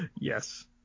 Yes